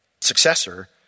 successor